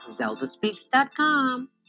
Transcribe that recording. zeldaspeaks.com